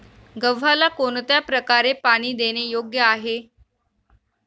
गव्हाला कोणत्या प्रकारे पाणी देणे योग्य आहे?